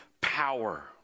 power